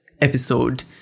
episode